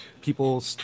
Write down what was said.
People